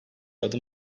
adım